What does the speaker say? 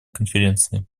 конференции